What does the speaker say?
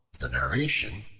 the narration,